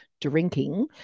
drinking